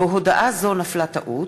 בהודעה זו נפלה טעות,